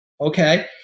Okay